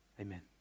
amen